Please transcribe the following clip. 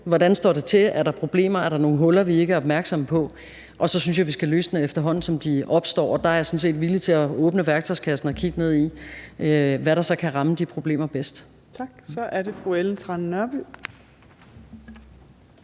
hvordan det står til, om der er problemer, og om der er nogle huller, vi ikke er opmærksomme på. Og så synes jeg, vi skal løse dem, efterhånden som de opstår, og der er jeg sådan set villig til at åbne værktøjskassen og kigge ned i, hvad der så kan ramme de problemer bedst. Kl. 15:13 Fjerde